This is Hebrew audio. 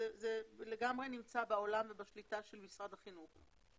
זה לגמרי נמצא בעולם ובשליטה של משרד החינוך.